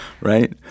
right